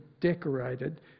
decorated